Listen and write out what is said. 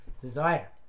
desire